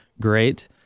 great